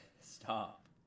Stop